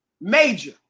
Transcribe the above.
Major